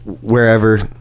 wherever